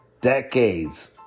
decades